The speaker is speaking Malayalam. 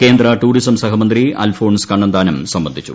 കേന്ദ്ര ടൂറിസം സഹമന്ത്രി അൽഫോൺസ് കണ്ണന്താനം സംബന്ധിച്ചു